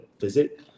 visit